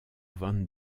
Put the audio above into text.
van